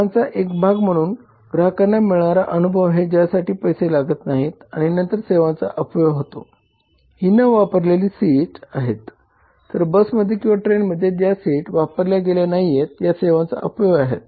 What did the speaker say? सेवांचा एक भाग म्हणून ग्राहकांना मिळणारा अनुभव आहे ज्यासाठी पैसे लागत नाही आणि नंतर सेवांचा अपव्यय होतो ही न वापरलेली सीट आहेत तर बसमध्ये किंवा ट्रेनमध्ये ज्या सीट वापरल्या गेल्या नाहीत या सेवांचा अपव्यय आहेत